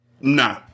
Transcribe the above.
Nah